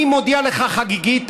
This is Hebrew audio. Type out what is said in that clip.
אני מודיע לך חגיגית,